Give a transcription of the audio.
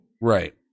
Right